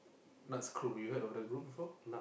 nut screw you heard of that group before